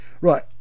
Right